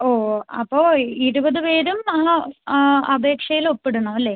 ഓ അപ്പോൾ ഇരുപത് പേരും ആ ആ അപേക്ഷയിൽ ഒപ്പിടണം അല്ലേ